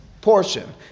portion